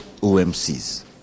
OMCs